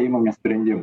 imamės sprendimų